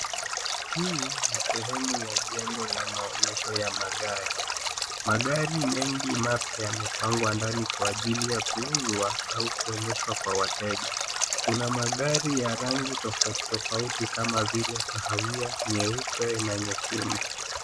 Hii ni sehemu ya jengo la maonyesho ya gari. Magari mengi mapya yamepangwa kwa ajili ya kuuzwa au kuonyeshwa kwa wateja. Kuna magari ya rangi tofauti tofauti kama vile kahawia, nyeupe na nyekundu.